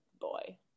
boy